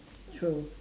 true